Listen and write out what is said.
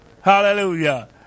Hallelujah